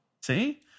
See